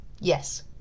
yes